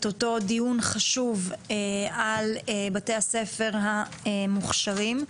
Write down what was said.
אותו דיון חשוב על בתי הספר המוכשרים.